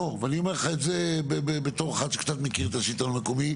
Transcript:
בוא ואני אומר לך את זה בתור אחד שקצת מכיר את השלטון המקומי,